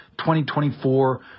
2024